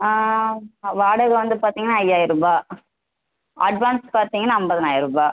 வாடகை வந்து பார்த்திங்கன்னா ஐயாயரூபாய் அட்வான்ஸ் பார்த்தீங்கன்னா ஐம்பதனாயரூபா